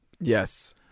Yes